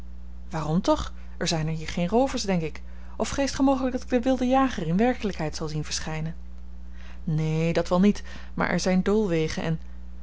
waarom toch er zijn hier geen roovers denk ik of vreest ge mogelijk dat ik den wilden jager in werkelijkheid zal zien verschijnen neen dat wel niet maar er zijn doolwegen en